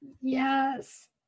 Yes